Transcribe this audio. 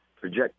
project